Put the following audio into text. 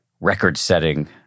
record-setting